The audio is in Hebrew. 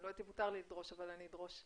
אני לא יודעת אם מותר לי לדרוש אבל אני אדרוש,